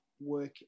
work